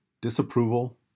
disapproval